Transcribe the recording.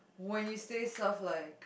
when you say stuff like